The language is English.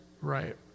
right